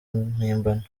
mpimbano